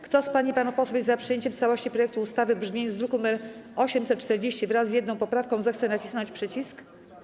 Kto z pań i panów posłów jest za przyjęciem w całości projektu ustawy w brzmieniu z druku nr 840, wraz z jedną poprawką, zechce nacisnąć przycisk.